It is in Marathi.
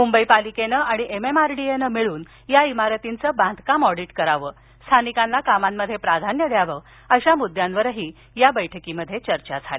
मुंबई पालिकेनं आणि एमएमआरडीएनं मिळून या इमारतींचे बांधकाम ऑडिट करावे स्थानिकांना कामांमध्ये प्राधान्य द्यावे अशा मुद्यांवरही बैठकीत चर्चा झाली